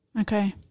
okay